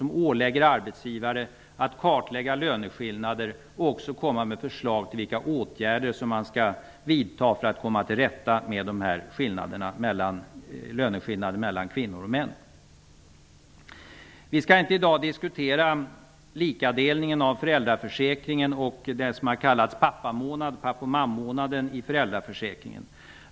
Den ålägger arbetsgivarna att kartlägga löneskillnader och också att komma med förslag till vilka åtgärder som skall vidtas för att man skall komma till rätta med löneskillnaderna mellan kvinnor och män. Vi skall i dag inte diskutera likadelningen av föräldraförsäkringen och det som har kallats pappa och mammamånaden i föräldraförsäkringen.